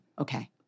Okay